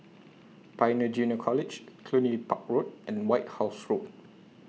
Pioneer Junior College Cluny Park Road and White House Road